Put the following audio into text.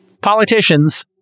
politicians